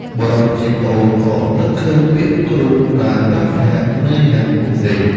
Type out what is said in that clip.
បុរសជាប្អូនក៏នឹកឃើញពាក្យគ្រូដែលផ្ដាំថា "នឿយណាស់កុំដេក"។